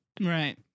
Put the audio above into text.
Right